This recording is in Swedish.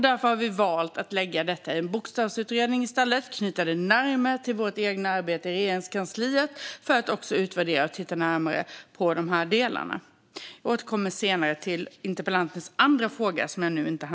Därför har vi valt att i stället lägga detta i en bokstavsutredning och knyta det närmare vårt eget arbete i Regeringskansliet, för att också utvärdera och titta närmare på de delarna. Jag återkommer till interpellantens andra fråga.